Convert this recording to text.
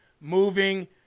moving